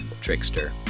trickster